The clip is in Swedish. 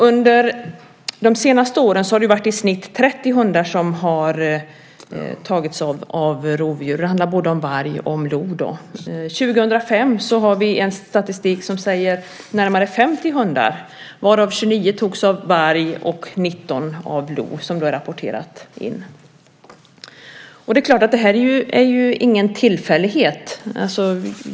Under de senaste åren har det varit i snitt 30 hundar som har tagits av rovdjur. Det handlar om både varg och lo. För 2005 har vi en statistik som säger att närmare 50 hundar har rapporterats in, varav 29 togs av varg och 19 av lo. Det är klart att det här inte är någon tillfällighet.